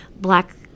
black